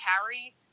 carry